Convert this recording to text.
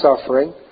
suffering